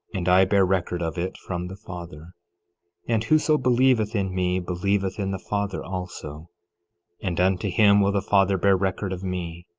and i bear record of it from the father and whoso believeth in me believeth in the father also and unto him will the father bear record of me,